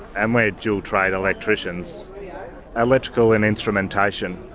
and we are dual trade electricians electrical and instrumentation.